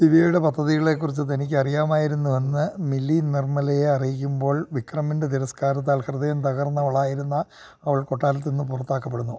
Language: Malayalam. ദിവ്യയുടെ പദ്ധതികളെക്കുറിച്ച് തനിക്കറിയാമായിരുന്നുവെന്ന് മിലി നിർമ്മലയെ അറിയിക്കുമ്പോൾ വിക്രമിൻ്റെ തിരസ്കാരത്താൽ ഹൃദയം തകർന്നവളായിരുന്ന അവൾ കൊട്ടാരത്തില് നിന്ന് പുറത്താക്കപ്പെടുന്നു